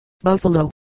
Buffalo